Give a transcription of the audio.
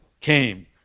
came